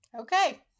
Okay